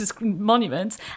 monuments